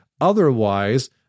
Otherwise